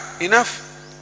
enough